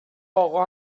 آقا